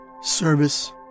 service